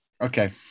Okay